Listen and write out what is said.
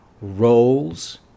roles